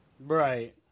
right